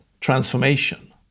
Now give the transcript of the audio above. transformation